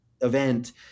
event